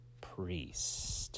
priest